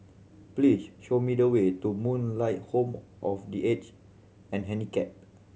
please show me the way to Moonlight Home of The Aged and Handicapped